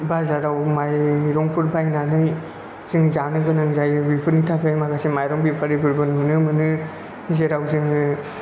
बाजाराव माइरंफोर बायनानै जों जानो गोनां जायो बेफोरनि थाखाय माखासे माइरं बेफारिफोरबो नुनो मोनो जेराव जोङो